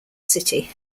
city